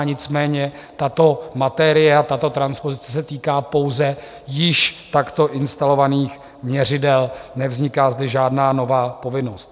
Nicméně tato materie a tato transpozice se týká pouze již takto instalovaných měřidel, nevzniká zde žádná nová povinnost.